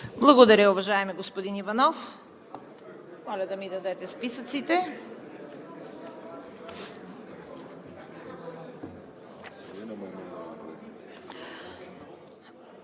Благодаря, уважаеми господин Иванов. Моля да ми дадете списъците.